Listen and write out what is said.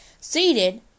seated